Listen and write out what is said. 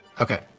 Okay